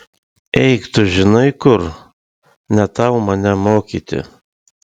eik tu žinai kur ne tau mane mokyti